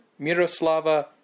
Miroslava